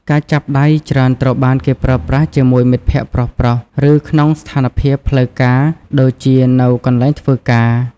ការចាប់ដៃច្រើនត្រូវបានគេប្រើប្រាស់ជាមួយមិត្តភក្តិប្រុសៗ ឬក្នុងស្ថានភាពផ្លូវការដូចជានៅកន្លែងធ្វើការ។